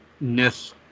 ness